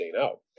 out